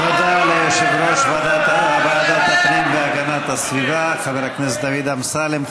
תודה ליושב-ראש ועדת הפנים והגנת הסביבה חבר הכנסת דוד אמסלם.